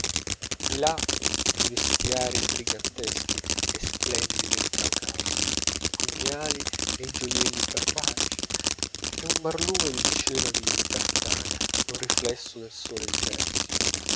di là i vestiarii briganteschi e splendidi del caucaso i pugnali e i gioielli barbarici e un barlume del cielo di tartaria e un riflesso del sole di persia